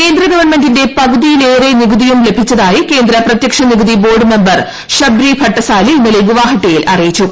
കേന്ദ്രഗവൺമെന്റിന്റെ പകുതിയിലേറെ നികുതിയും ലഭിച്ചതായി കേന്ദ്ര പ്രതൃക്ഷ നികുതി ബോർഡ് മെമ്പർ ഷബ്രി ഭട്ടസാലി ഇന്നലെ ഗുവാഹട്ടിയിൽ അറിയിച്ചു